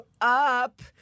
up